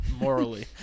Morally